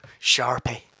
Sharpie